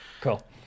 cool